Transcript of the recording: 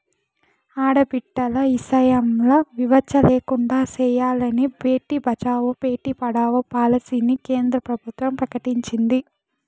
ఆడబిడ్డల ఇసయంల వివచ్చ లేకుండా సెయ్యాలని బేటి బచావో, బేటీ పడావో పాలసీని కేంద్ర ప్రభుత్వం ప్రకటించింది